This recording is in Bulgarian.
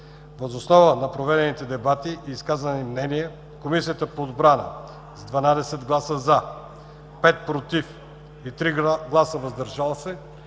Въз основа на проведените дебати и изказаните мнения, Комисията по отбрана с 12 гласа „за“, 5 „против“ и 3 гласа „въздържали се“,